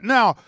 Now